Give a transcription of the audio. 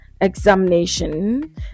examination